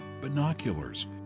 Binoculars